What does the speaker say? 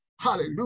Hallelujah